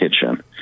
kitchen